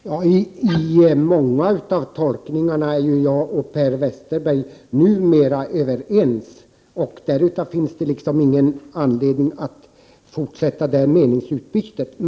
Herr talman! Om många av tolkningarna är Per Westerberg och jag numera överens. Därför finns det inte någon anledning att fortsätta detta meningsutbyte.